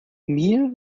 mir